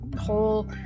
whole